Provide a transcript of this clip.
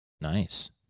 nice